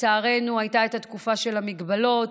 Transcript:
לצערנו הייתה תקופה של הגבלות,